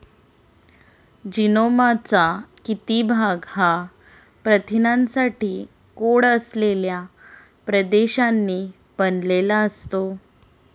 जीनोमचा किती भाग हा प्रथिनांसाठी कोड असलेल्या प्रदेशांनी बनलेला असतो?